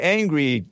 angry